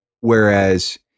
whereas